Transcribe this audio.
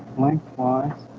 lengthwise